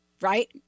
Right